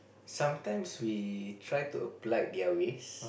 sometimes we try to applied their ways